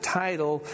title